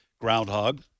groundhog